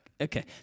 Okay